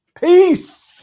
Peace